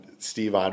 Steve